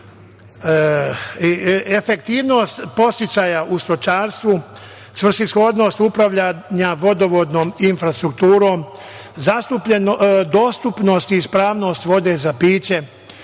Efektivnost podsticaja u stočarstvu, svrsishodnost upravljanja vodovodnom infrastrukturom, dostupnost i ispravnost vode za piće,